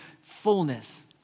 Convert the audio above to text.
fullness